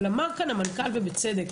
אבל אמר כאן המנכ"ל ובצדק,